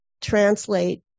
translate